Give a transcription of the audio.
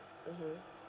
mmhmm